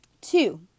Two